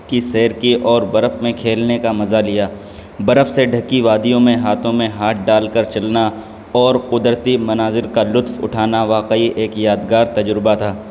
کی سیر کی اور برف میں کھیلنے کا مزہ لیا برف سے ڈھکی وادیوں میں ہاتھوں میں ہاتھ ڈال کر چلنا اور قدرتی مناظر کا لطف اٹھانا واقعی ایک یادگار تجربہ تھا